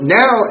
now